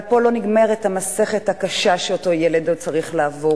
אבל פה לא נגמרת המסכת הקשה שאותו ילד עוד צריך לעבור.